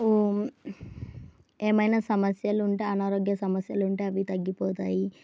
ఏమైనా సమస్యలుంటే అనారోగ్య సమస్యలు ఉంటే అవి తగ్గిపోతాయి